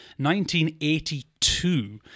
1982